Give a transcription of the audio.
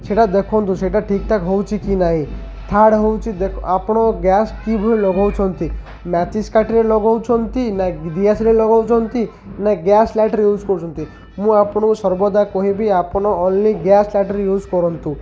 ସେଟା ଦେଖନ୍ତୁ ସେଇଟା ଠିକ୍ ଠାକ୍ ହେଉଛି କି ନାହିଁ ଥାର୍ଡ଼ ହେଉଛି ଦେଖ ଆପଣ ଗ୍ୟାସ୍ କିଭଳି ଲଗାଉଛନ୍ତି ମ୍ୟାଚିସ୍ କାଠିରେ ଲଗାଉଛନ୍ତି ନା ଦିଆସରେ ଲଗାଉଛନ୍ତି ନା ଗ୍ୟାସ୍ ଲାଇଟର୍ ୟୁଜ୍ କରୁଛନ୍ତି ମୁଁ ଆପଣଙ୍କୁ ସର୍ବଦା କହିବି ଆପଣ ଓନ୍ଲି ଗ୍ୟାସ୍ ଲାଇଟର୍ ୟୁଜ୍ କରନ୍ତୁ